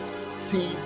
see